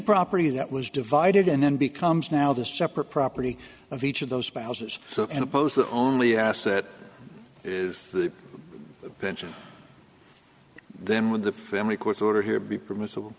property that was divided and then becomes now the separate property of each of those spouses and opposed the only asset is the pension then with the family court order here be permissible